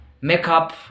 makeup